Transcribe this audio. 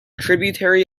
tributary